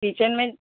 kitchen میں